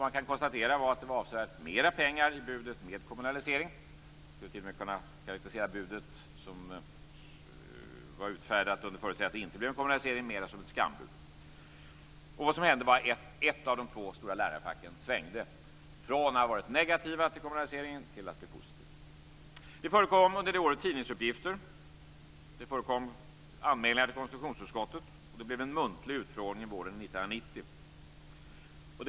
Man kan konstatera att det var avsevärt mer pengar i budet med kommunalisering. Man skulle t.o.m. kunna karakterisera budet som var utfärdat under förutsättning att det inte blev en kommunalisering mera som ett skambud. Vad som hände var att ett av de två stora lärarfacken svängde, från att ha varit negativt till kommunaliseringen till att bli positivt. Det förekom under det året tidningsuppgifter, och det förekom anmälningar till konstitutionsutskottet. Det blev en muntlig utfrågning våren 1990.